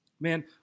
man